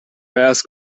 ask